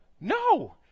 No